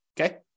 okay